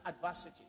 adversity